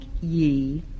ye